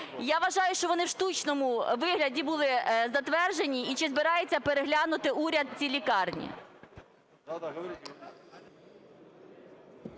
Я вважаю, що вони в штучному виглядs були затверджені. І чи збирається переглянути уряд ці лікарні?